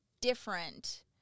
different